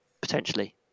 Potentially